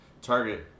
Target